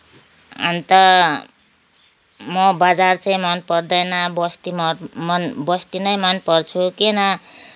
अन्त म बजार चाहिँ मनपर्दैन बस्ती मन बस्ती नै मनपर्छ किन